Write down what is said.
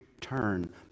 turn